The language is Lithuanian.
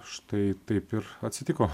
štai taip ir atsitiko